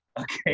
okay